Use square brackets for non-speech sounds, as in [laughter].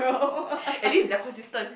[noise] [breath] at least they are consistent